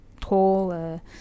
tall